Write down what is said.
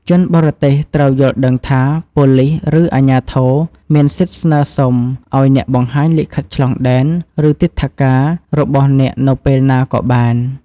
ជនបរទេសត្រូវយល់ដឹងថា ប៉ូលិស ឬអាជ្ញាធរមានសិទ្ធិស្នើសុំឱ្យអ្នកបង្ហាញលិខិតឆ្លងដែន ឬ ទិដ្ឋាការ របស់អ្នកនៅពេលណាក៏បាន។